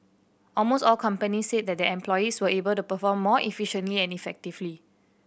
almost all companies said that their employees were able to perform more efficiently and effectively